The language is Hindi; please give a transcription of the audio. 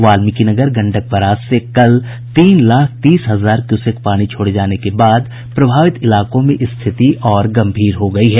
वाल्मीकिनगर गंडक बराज से कल तीन लाख तीस हजार क्यूसेक पानी छोड़े जाने के बाद प्रभावित इलाकों में स्थिति और गंभीर हो गयी है